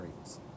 rates